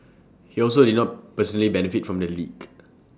he also did not personally benefit from the leak